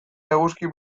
eguzki